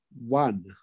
One